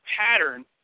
pattern